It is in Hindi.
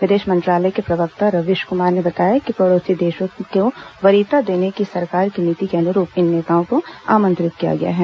विदेश मंत्रालय के प्रवक्ता रवीश कुमार ने बताया कि पड़ोसी देशों को वरीयता देने की सरकार की नीति के अनुरूप इन नेताओं को आमंत्रित किया गया है